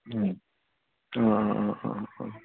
অঁ অঁ অঁ অঁ অঁ